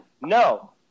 No